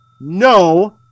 no